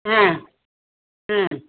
ஆ ஆ